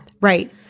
Right